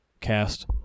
cast